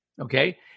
okay